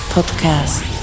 Podcast